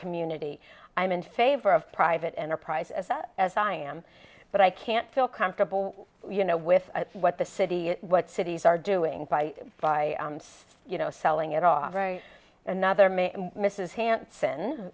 community i'm in favor of private enterprise as such as i am but i can't feel comfortable you know with what the city what cities are doing by by you know selling it off another may mrs hanson